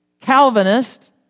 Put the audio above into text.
Calvinist